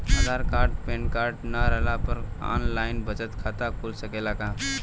आधार card PAN card न रहला पर आन लाइन बचत खाता खुल सकेला का?